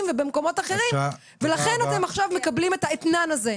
ובמקומות אחרים ולכן גם עכשיו מקבלים את האתנן הזה.